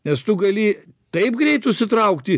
nes tu gali taip greit užsitraukti